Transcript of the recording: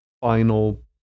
final